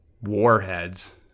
Warheads